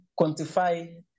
quantify